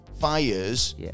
fires